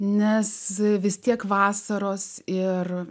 nes vis tiek vasaros ir